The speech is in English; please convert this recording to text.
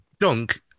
Dunk